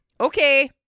Okay